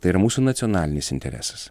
tai yra mūsų nacionalinis interesas